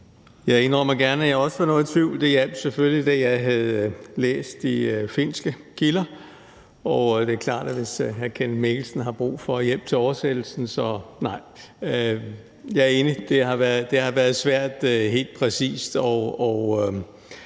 Jeg indrømmer gerne, at jeg også var noget i tvivl. Det, jeg havde læst i finske kilder, hjalp selvfølgelig, og jeg ved ikke, om hr. Kenneth Mikkelsen har brug for hjælp til oversættelsen – nej. Jeg er enig i, at det har været svært helt præcist